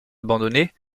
abandonné